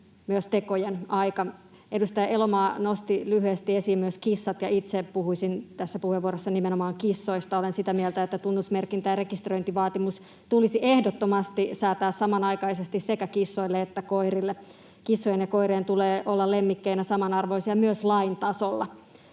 myös tekojen aika. Edustaja Elomaa nosti lyhyesti esiin myös kissat, ja itse puhuisin tässä puheenvuorossa nimenomaan kissoista. Olen sitä mieltä, että tunnusmerkintä ja rekisteröintivaatimus tulisi ehdottomasti säätää samanaikaisesti sekä kissoille että koirille. Kissojen ja koirien tulee olla lemmikkeinä samanarvoisia myös lain tasolla.